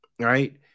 Right